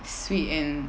sweet and